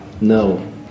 No